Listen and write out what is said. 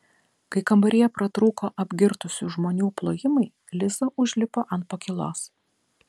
kai kambaryje pratrūko apgirtusių žmonių plojimai liza užlipo ant pakylos